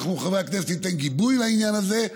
אנחנו, חברי הכנסת, ניתן גיבוי לעניין הזה.